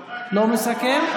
לא מסכם.